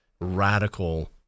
radical